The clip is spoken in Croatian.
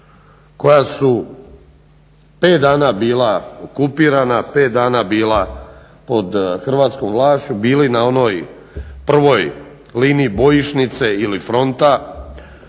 koja su pet dana bila okupirana, pet dana bila pod hrvatskom vlašću, bili na onoj prvoj liniji bojišnice ili fronta